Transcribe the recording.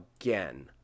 again